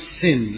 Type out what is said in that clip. sin